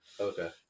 Okay